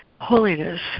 holiness